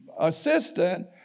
assistant